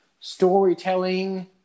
storytelling